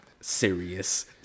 Serious